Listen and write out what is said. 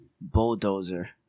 Bulldozer